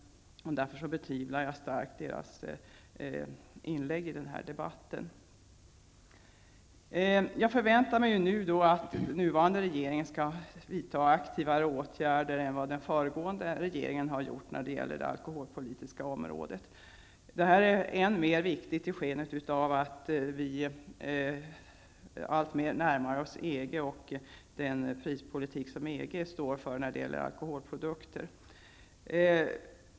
Jag betvivlar starkt vad de sagt i denna debatt. Jag förväntar mig att den nuvarande regeringen skall vidta aktivare åtgärder än den föregående på det alkoholpolitiska området. Det är än mer viktigt i ljuset av att vi alltmer närmar oss EG och den prispolitik EG står för när det gäller alkoholprodukter.